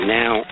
now